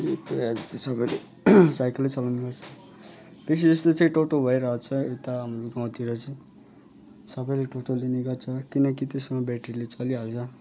प्रायः जस्तो सबैले साइकलै चलाउने गर्छ बेसी जस्तो चाहिँ टोटो भइ रहेछ यता हाम्रो गाउँतिर चाहिँ सबैले टोटो लिने गर्छ किनकि त्यसमा ब्याट्रीले चलिहाल्छ